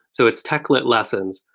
so it's techlit lessons.